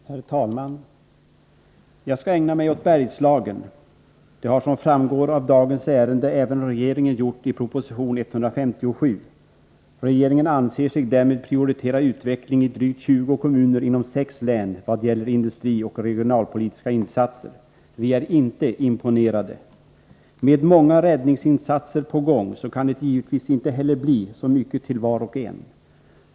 Herr talman! Jag skall ägna mig åt Bergslagen. Det har som framgår av dagens ärende även regeringen gjort i proposition 157. Regeringen anser sig därmed prioritera utvecklingen i drygt tjugo kommuner inom sex län i vad gäller industripolitiska och regionalpolitiska insatser. Vi är inte imponerade. Med många räddningsinsatser på gång kan det givetvis inte heller bli så mycket till var och en.